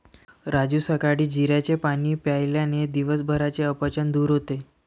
राजू सकाळी जिऱ्याचे पाणी प्यायल्याने दिवसभराचे अपचन दूर होते